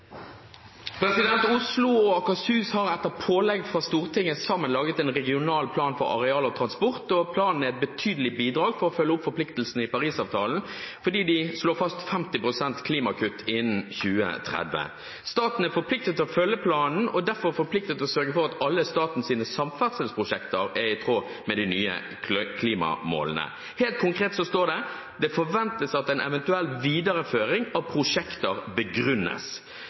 Stortinget sammen laget en regional plan for areal og transport. Planen er et betydelig bidrag til å følge opp forpliktelsene i Paris-avtalen fordi de slår fast 50 pst. klimakutt innen 2030. Staten er forpliktet til å følge planen og derfor også forpliktet til å sørge for at alle statens samferdselsprosjekter er i tråd med de nye klimamålene. Helt konkret står det at det forventes at en eventuell videreføring av prosjekter begrunnes.